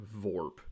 vorp